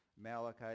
Malachi